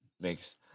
makes